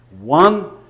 One